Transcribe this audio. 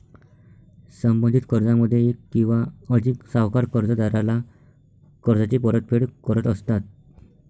संबंधित कर्जामध्ये एक किंवा अधिक सावकार कर्जदाराला कर्जाची परतफेड करत असतात